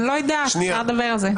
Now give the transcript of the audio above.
אני לא יודעת, אפשר לדבר על זה.